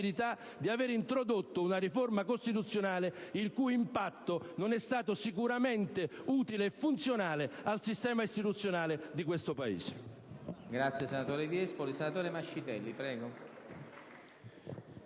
di avere introdotto una riforma costituzionale il cui impatto non è stato sicuramente utile e funzionale al sistema istituzionale del Paese.